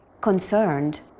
concerned